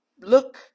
look